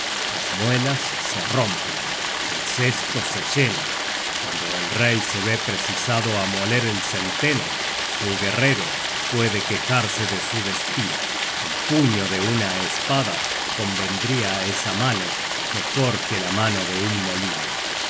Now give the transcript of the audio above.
las muelas se rompen el cesto se llena cuando el rey se ve precisado á moler el centeno el guerrero puede quejarse de su destino el puño de una espada convendria á esa mano mejor que la mano de un molino